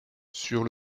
sur